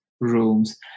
rooms